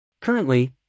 Currently